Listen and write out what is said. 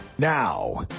now